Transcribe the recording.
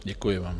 Děkuji vám.